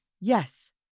yes